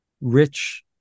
rich